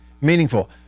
meaningful